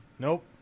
Nope